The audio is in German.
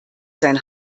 sein